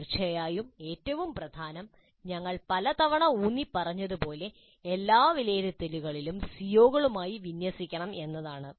തീർച്ചയായും ഏറ്റവും പ്രധാനപ്പെട്ട കാര്യം ഞങ്ങൾ പലതവണ ഊന്നിപ്പറഞ്ഞതുപോലെ എല്ലാ വിലയിരുത്തലുകളും സിഒകളുമായി വിന്യസിക്കണം എന്നതാണ്